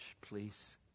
please